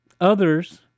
Others